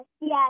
yes